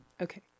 Okay